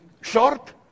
short